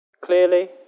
clearly